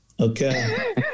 okay